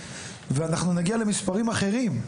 אנחנו נגיע למספרים אחרים.